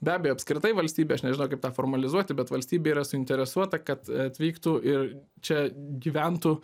be abejo apskritai valstybė aš nežinau kaip tą formalizuoti bet valstybė yra suinteresuota kad atvyktų ir čia gyventų